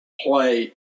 play